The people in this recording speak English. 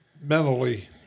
mentally